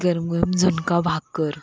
गरमागरम झुणका भाकर